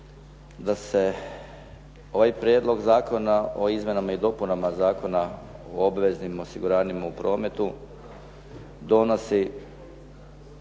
da se ovaj Prijedlog zakona o izmjenama i dopunama Zakona o obveznim osiguravanjima u prometu donosi